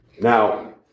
Now